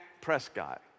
Prescott